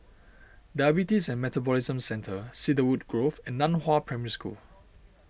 Diabetes and Metabolism Centre Cedarwood Grove and Nan Hua Primary School